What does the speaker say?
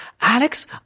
Alex